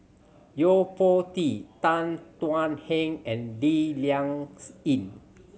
Yo Po Tee Tan Thuan Heng and Lee Ling Yen